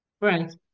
Right